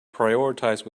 prioritize